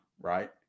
right